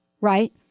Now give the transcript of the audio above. right